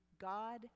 God